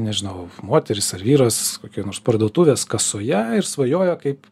nežinau moteris ar vyras kokioj nors parduotuvės kasoje ir svajoja kaip